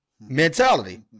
mentality